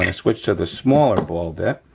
and switch to the smaller ball bit,